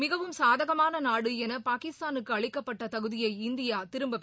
மிகவும் சாதகமான நாடு என பாகிஸ்தானுக்கு அளிக்கப்பட்ட தகுதியை இந்தியா திரும்பப்